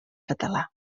català